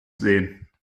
sehen